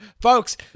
Folks